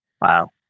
Wow